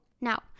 Now